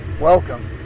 Welcome